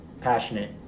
passionate